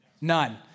None